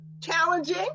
challenging